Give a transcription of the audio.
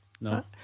No